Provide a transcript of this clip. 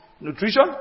nutrition